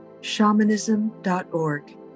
shamanism.org